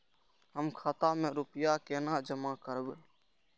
हम खाता में रूपया केना जमा करबे?